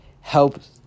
helps